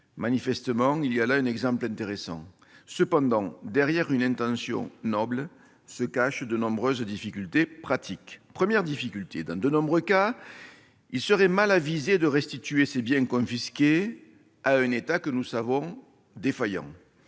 manifestement d'un exemple intéressant. Cependant, derrière une intention noble se cachent de nombreuses difficultés pratiques. Premièrement, dans beaucoup de cas, il serait mal avisé de restituer ces biens confisqués à un État que nous savons défaillant.